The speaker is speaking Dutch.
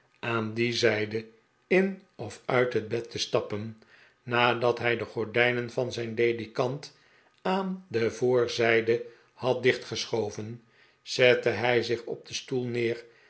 aan die zijde in of uit het bed te stappen nadat hij de gordijnen van zijn ledikant aan de voorzijde had dicht geschoven zette hij zich op den stoel neer